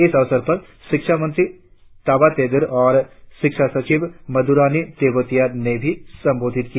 इस अवसर पर शिक्षामंत्री ताबा तेदिर और शिक्षा सचिव मधुरानी तेवतिया ने भी संबोधित किया